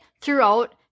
throughout